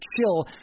chill